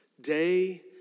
day